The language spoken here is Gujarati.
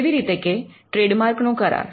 જેવી રીતે કે ટ્રેડમાર્ક નો કરાર